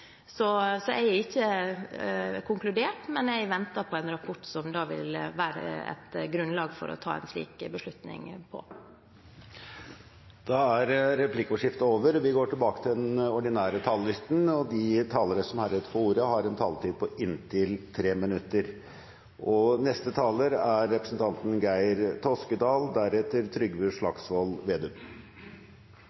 Så jeg har ikke konkludert, men jeg venter på en rapport som vil være et grunnlag for å ta en slik beslutning. Replikkordskiftet er dermed omme. De talere som heretter får ordet, har en taletid på inntil 3 minutter. Trygg matforsyning er en av de viktigste politiske oppgavene vi har, i alle fall i sikkerhets- og